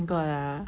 got ah